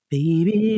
Baby